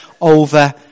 over